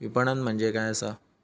विपणन म्हणजे काय असा?